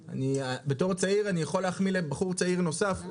ובתור צעיר אני יכול להחמיא לבחור צעיר נוסף.